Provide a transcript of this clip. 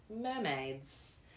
Mermaids